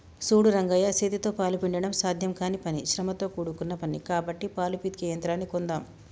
సూడు రంగయ్య సేతితో పాలు పిండడం సాధ్యం కానీ పని శ్రమతో కూడుకున్న పని కాబట్టి పాలు పితికే యంత్రాన్ని కొందామ్